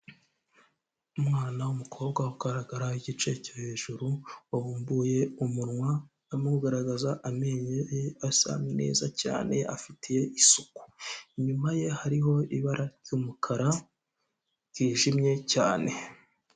Umwana w'umukobwa ugaragara igice cyo hejuru wabumbuye umunwa amugaragaza amenyo ye asa neza cyane afitiye isuku, inyuma ye hariho ibara ry'umukara ryijimye cyane.